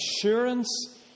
assurance